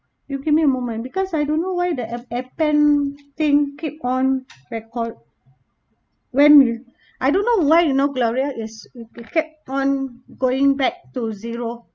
you give me a moment because I don't know why the the appen thing keep on record when we I don't know why you know gloria it's it kept on going back to zero